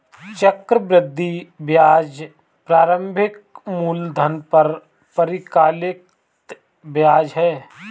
चक्रवृद्धि ब्याज प्रारंभिक मूलधन पर परिकलित ब्याज है